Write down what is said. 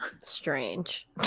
strange